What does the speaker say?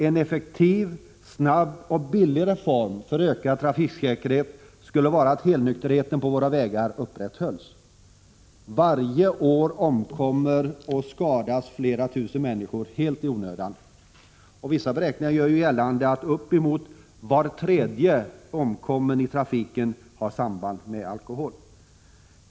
En effektiv, snabb och billig reform för ökad trafiksäkerhet skulle vara att helnykterheten på våra vägar upprätthölls. Varje år omkommer och skadas flera tusen människor helt i onödan. Vissa beräkningar gör gällande att upp emot var tredje dödsolycka i trafiken har samband med alkohol.